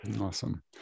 Awesome